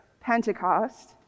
Pentecost